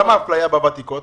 למה האפליה בוותיקות?